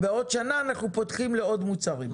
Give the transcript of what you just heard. בעוד שנה אנחנו פותחים לעוד מוצרים.